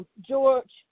George